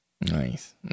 Nice